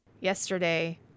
yesterday